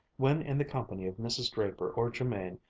when in the company of mrs. draper or jermain,